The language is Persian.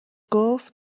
گفت